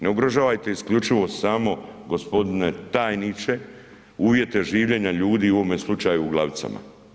Ne ugrožavajte isključivo samo gospodine tajniče uvjete življenja ljudi u ovome slučaju u Glavicama.